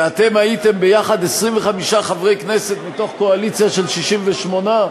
ואתם הייתם ביחד 25 חברי כנסת מתוך קואליציה של 68,